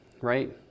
right